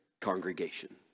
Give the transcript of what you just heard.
congregation